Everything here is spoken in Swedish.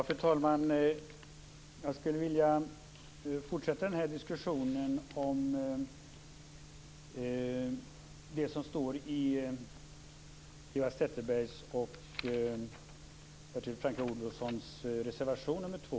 Fru talman! Jag skulle vilja fortsätta den här diskussionen om det som står i Eva Zetterbergs och Bodil Francke Ohlssons reservation nr 2.